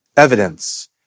evidence